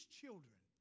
children